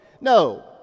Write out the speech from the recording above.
No